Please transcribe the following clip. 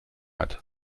hat